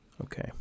Okay